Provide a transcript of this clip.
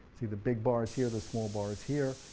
see the big bars here, the small bars here,